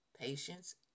patience